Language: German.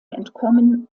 entkommen